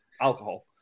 alcohol